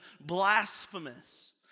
blasphemous